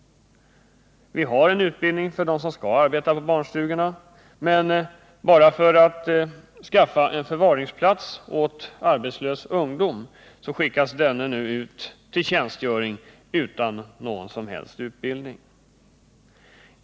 Vi har en utbildning för dem som skall arbeta på barnstugorna, men bara för att skaffa en förvaringsplats åt arbetslösa ungdomar skickar man ut dem till tjänstgöring utan någon som helst utbildning.